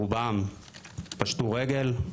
רובם פשטו רגל,